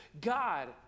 God